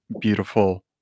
beautiful